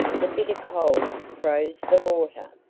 the bitter cold froze the water,